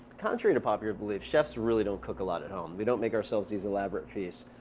contrary to popular belief chefs really don't cook a lot at home we don't make ourselves these elaborate feasts.